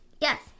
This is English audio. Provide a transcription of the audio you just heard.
Yes